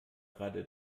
gerade